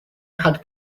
had